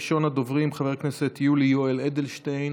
ראשון הדוברים, חבר הכנסת יולי יואל אדלשטיין,